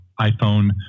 iPhone